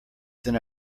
then